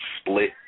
split